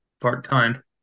part-time